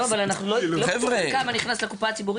אבל אנחנו לא יודעים כמה נכנס לקופה הציבורית